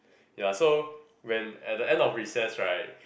ya so when at the end of recess right